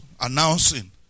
announcing